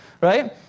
right